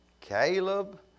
Caleb